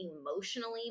emotionally